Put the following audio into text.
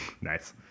Nice